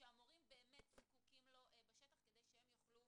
שהמורים באמת זקוקים לו בשטח כדי שהם יוכלו